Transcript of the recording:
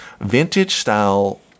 vintage-style